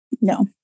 No